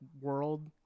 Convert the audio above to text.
world